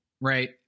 right